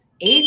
Eight